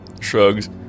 shrugs